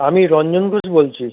আমি রঞ্জন ঘোষ বলছি